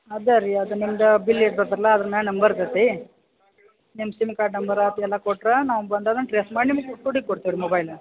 ಅದು ರೀ ಅದು ನಿಮ್ದು ಬಿಲ್ ಇರ್ತೈತಿ ಅಲ್ಲಾ ಅದ್ರ ಮ್ಯಾಲ ನಂಬರ್ ಇರ್ತತಿ ನಿಮ್ಮ ಸಿಮ್ ಕಾರ್ಡ್ ನಂಬರ್ ಹಾಕಿ ಎಲ್ಲ ಕೊಟ್ರ ನಾವು ಬಂದಂದ್ ಟೆಸ್ಟ್ ಮಾಡಿ ನಿಮ್ಗ ಹುಡುಕ್ ಕೊಡ್ತೀವಿ ರೀ ಮೊಬೈಲ್